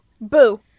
Boo